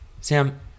Sam